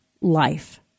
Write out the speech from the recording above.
life